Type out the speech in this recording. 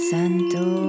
Santo